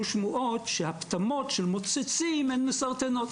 שמועות שהפטמות של מוצצים הן מסרטנות.